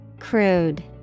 Crude